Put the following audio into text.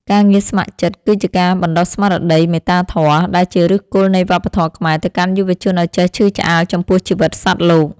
ការងារស្ម័គ្រចិត្តគឺជាការបណ្ដុះស្មារតី មេត្តាធម៌ ដែលជាឫសគល់នៃវប្បធម៌ខ្មែរទៅកាន់យុវជនឱ្យចេះឈឺឆ្អាលចំពោះជីវិតសត្វលោក។